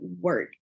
work